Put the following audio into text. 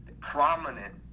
prominent